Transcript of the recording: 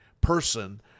person